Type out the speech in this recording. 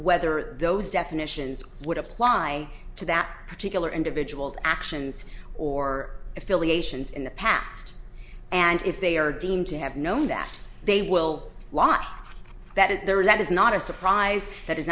whether those definitions would apply to that particular individual's actions or affiliations in the past and if they are deemed to have known that they will lott that there are that is not a surprise that is